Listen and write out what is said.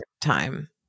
time